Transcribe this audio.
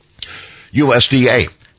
USDA